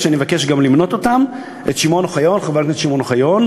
שאני מבקש גם לציין את שמותיהם: חבר הכנסת שמעון אוחיון,